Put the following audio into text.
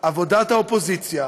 עבודת האופוזיציה,